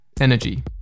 Energy